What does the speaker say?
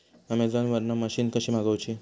Amazon वरन machine कशी मागवची?